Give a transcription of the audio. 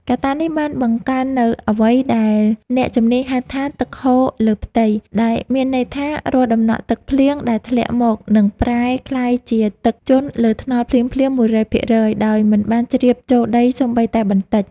កត្តានេះបានបង្កើននូវអ្វីដែលអ្នកជំនាញហៅថា ទឹកហូរលើផ្ទៃ ដែលមានន័យថា រាល់តំណក់ទឹកភ្លៀងដែលធ្លាក់មក នឹងប្រែក្លាយជាទឹកជន់លើថ្នល់ភ្លាមៗ ១០០ ភាគរយ ដោយមិនបានជ្រាបចូលដីសូម្បីតែបន្តិច។